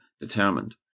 determined